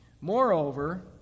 Moreover